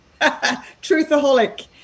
Truthaholic